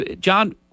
John